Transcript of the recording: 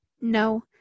No